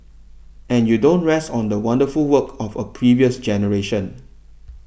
and you don't rest on the wonderful work of a previous generation